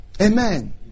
Amen